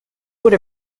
would